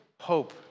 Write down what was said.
hope